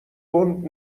تند